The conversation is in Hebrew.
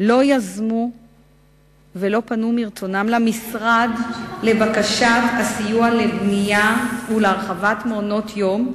לא יזמו ולא פנו מרצונן אל המשרד לבקשת סיוע לבנייה ולהרחבת מעונות-יום,